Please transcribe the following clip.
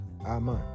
Amen